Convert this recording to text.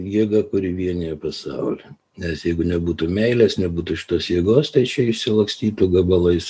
jėga kuri vienija pasaulį nes jeigu nebūtų meilės nebūtų šitos jėgos tai čia išsilakstytų gabalais